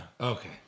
Okay